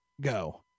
Go